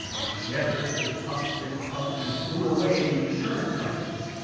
and together, they huffed and puffed and blew away the insurance companies.